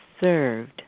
served